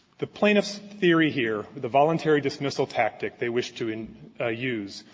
the plaintiff's theory here, with the voluntary dismissal tactic they wish to and ah use,